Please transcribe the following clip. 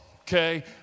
okay